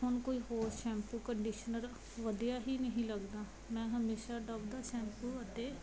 ਹੁਣ ਕੋਈ ਹੋਰ ਸ਼ੈਂਪੂ ਕੰਡੀਸ਼ਨਰ ਵਧੀਆ ਹੀ ਨਹੀਂ ਲੱਗਦਾ ਮੈਂ ਹਮੇਸ਼ਾਂ ਡੱਵ ਦਾ ਸੈਂਪੂ ਅਤੇ